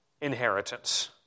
inheritance